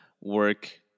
work